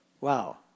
Wow